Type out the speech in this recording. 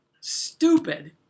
stupid